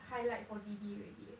highlight for D_B already